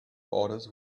orders